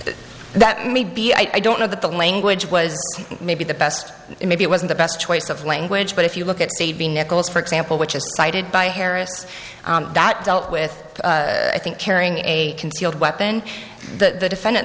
it that may be i don't know that the language was maybe the best maybe it wasn't the best choice of language but if you look at say the nichols for example which is cited by harris that dealt with i think carrying a concealed weapon the defendant